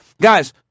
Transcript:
Guys